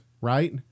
right